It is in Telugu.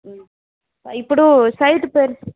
ఇప్పుడు సైట్ పెర్